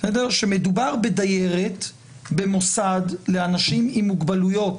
שמדובר בדיירת במוסד לאנשים עם מוגבלויות.